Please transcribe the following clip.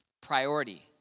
priority